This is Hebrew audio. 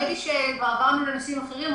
כבר עברנו לנושאים אחרים.